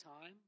time